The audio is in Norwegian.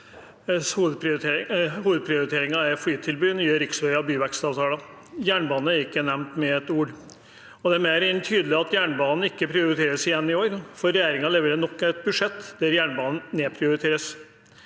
hovedprioriteringen er flytilbud, nye riksveier og byvekstavtaler. Jernbane er ikke nevnt med ett ord. Det er mer enn tydelig at jernbanen i år igjen ikke prioriteres, for regjeringen leverer nok et budsjett der jernbanen nedprioriteres.